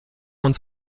uns